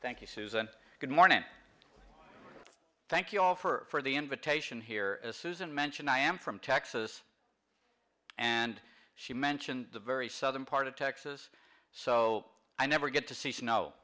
thank you susan good morning thank you all for the invitation here as susan mentioned i am from texas and she mentioned the very southern part of texas so i never get to see snow